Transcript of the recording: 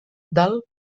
del